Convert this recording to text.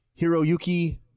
Hiroyuki